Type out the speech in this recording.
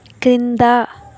క్రింద